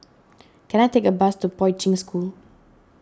can I take a bus to Poi Ching School